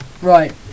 Right